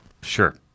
Sure